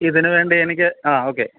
ഇതിന് വേണ്ടി എനിക്ക് ആ ഓക്കേ